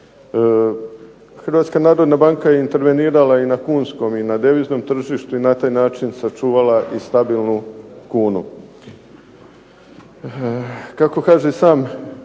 Hrvatska narodna banka je intervenirala i na kunskom i na deviznom tržištu i na taj način sačuvala i stabilnu kunu. Kako kaže sam